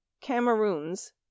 cameroons